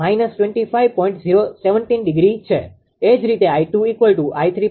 એ જ રીતે 𝐼2 𝑖3 𝑖4 છે